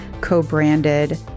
co-branded